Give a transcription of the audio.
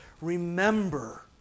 remember